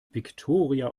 viktoria